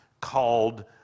called